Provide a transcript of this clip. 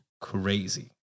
crazy